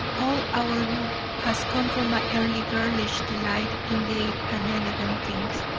all our woe has come from my early girlish delight in gay and elegant things.